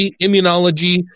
immunology